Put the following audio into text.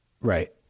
Right